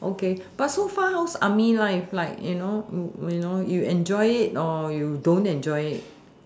okay but so far how's army life like you know you know you enjoy it or you don't enjoy it